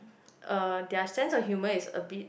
uh their sense of humor is a bit